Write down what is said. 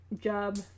job